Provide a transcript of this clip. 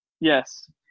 Yes